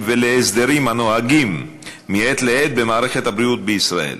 ולהסדרים הנוהגים מעת לעת במערכת הבריאות בישראל.